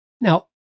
Now